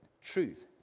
truth